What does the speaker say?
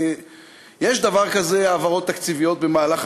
יש דבר כזה העברות תקציביות במהלך